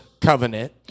covenant